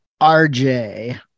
RJ